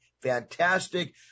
fantastic